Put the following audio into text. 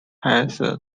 highest